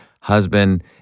husband